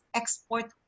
export